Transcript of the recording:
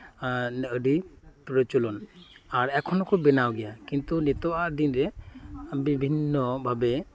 ᱟᱨ ᱟᱹᱰᱤ ᱯᱨᱚᱪᱚᱞᱚᱱ ᱟᱨ ᱮᱠᱷᱚᱱᱚ ᱠᱚ ᱵᱮᱱᱟᱣ ᱜᱮᱭᱟ ᱠᱤᱱᱛᱩ ᱱᱮᱛᱚᱜ ᱟᱜ ᱫᱤᱱᱨᱮ ᱵᱤᱵᱷᱤᱱᱱᱚ ᱵᱷᱟᱵᱮ